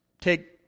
take